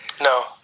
No